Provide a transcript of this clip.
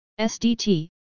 SDT